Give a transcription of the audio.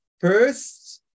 First